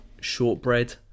shortbread